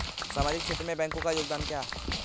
सामाजिक क्षेत्र में बैंकों का योगदान क्या है?